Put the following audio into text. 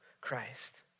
Christ